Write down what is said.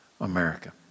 America